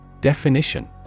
Definition